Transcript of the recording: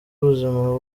ubuzima